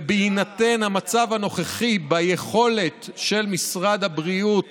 ובהינתן המצב הנוכחי ביכולת של משרד הבריאות